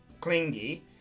clingy